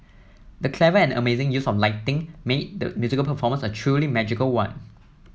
the clever and amazing use of lighting made the musical performance a truly magical one